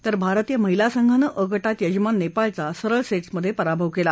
तर भारतीय महिला संघानं अ गटात यजमान नेपाळचा सरळ सेट्समधे पराभव केला